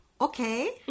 Okay